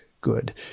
good